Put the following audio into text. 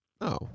No